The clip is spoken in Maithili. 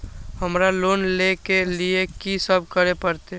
हमरा लोन ले के लिए की सब करे परते?